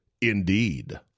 indeed